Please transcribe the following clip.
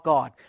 God